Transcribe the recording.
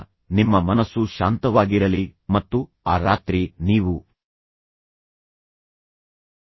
ನೀವು ಬೆಳೆಸಿಕೊಳ್ಳಬೇಕಾದ ನಾಲ್ಕನೇ ಅಭ್ಯಾಸವೆಂದರೆ ನೀವು ಕೆಲಸವನ್ನು ಪೂರ್ಣಗೊಳಿಸುವವರೆಗೆ ಮಾಡಿ ಮತ್ತು ಕೆಲಸವನ್ನು ಅಪೂರ್ಣವಾಗಿ ಬಿಡಬೇಡಿ